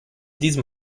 diesem